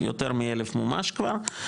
יותר מאלף מומשו כבר,